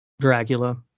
Dracula